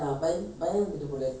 then when police gone